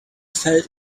felt